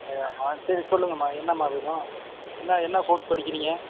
சரியாமா சரி சொல்லுங்கம்மா என்னம்மா வேணும் என்ன என்ன கோர்ஸ் படிக்கிறிங்க